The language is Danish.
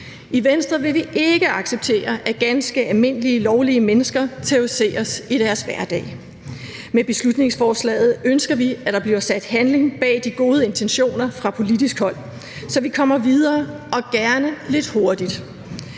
I Venstre vil vi ikke acceptere, at ganske almindelige, lovlydige mennesker terroriseres i deres hverdag. Med beslutningsforslaget ønsker vi, at der bliver sat handling bag de gode intentioner fra politisk hold, så vi kommer videre, og gerne lidt hurtigt.